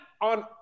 on